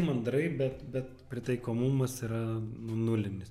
mandrai bet bet pritaikomumas yra nu nulinis